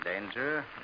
danger